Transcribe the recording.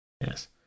Yes